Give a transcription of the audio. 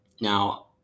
Now